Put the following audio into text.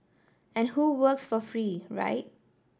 and who works for free right